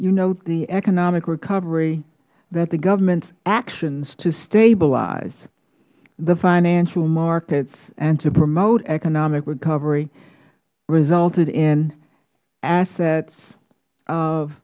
you note the economic recovery that the government's actions to stabilize the financial markets and to promote economic recovery resulted in assets of